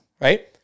right